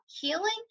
healing